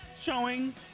Showing